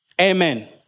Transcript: Amen